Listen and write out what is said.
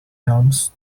alms